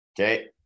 Okay